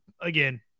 again